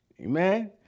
Amen